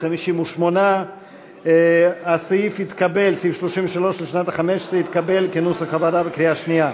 58. סעיף 33 לשנת 2015 התקבל כנוסח הוועדה בקריאה שנייה.